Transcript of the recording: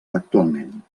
actualment